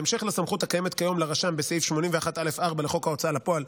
בהמשך לסמכות הקיימת כיום לרשם בסעיף 81א4 לחוק ההוצאה לפועל,